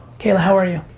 kayla, how are you?